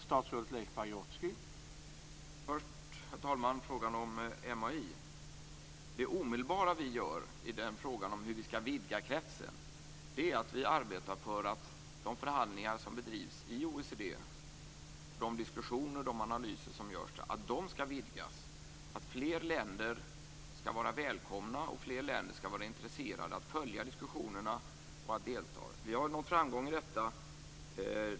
Herr talman! Vad först gäller frågan om MAI: Det som vi omedelbart gör i frågan om att vidga kretsen är att vi arbetar för att de förhandlingar som bedrivs i OECD och de diskussioner och analyser som görs skall vidgas. Fler länder skall vara välkomna till och bli intresserade av att följa diskussionerna och att delta i dem. Vi har nått framgång i detta arbete.